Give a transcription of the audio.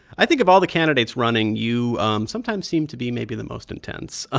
i think if all the candidates running, you um sometimes seem to be maybe the most intense. ah